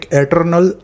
eternal